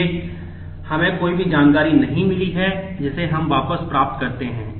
इसलिए हमें कोई भी जानकारी नहीं मिली है जिसे हम वापस प्राप्त करते हैं